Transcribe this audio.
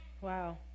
Wow